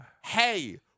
hey